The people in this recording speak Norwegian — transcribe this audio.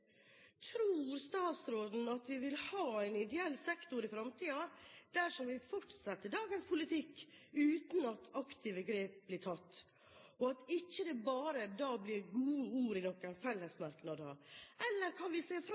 Tror statsråden at vi vil ha en ideell sektor i fremtiden dersom vi fortsetter dagens politikk uten at aktive grep blir tatt, og at det ikke bare blir gode ord i noen fellesmerknader? Eller kan vi se